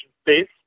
space